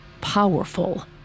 powerful